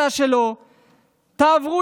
להרוס אותה?